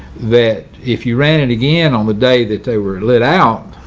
that if you ran it again on the day that they were laid out,